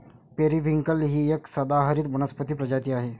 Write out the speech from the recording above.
periwinkle ही एक सदाहरित वनस्पती प्रजाती आहे